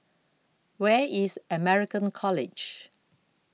Where IS American College